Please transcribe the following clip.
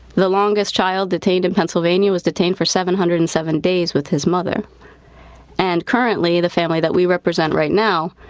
the longest child detained in pennsylvania was detained for seven hundred and seven days with his mother and currently the family that we represent right now,